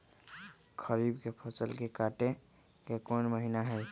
खरीफ के फसल के कटे के कोंन महिना हई?